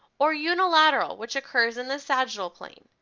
or unilateral, which occurs in the sagittal plane.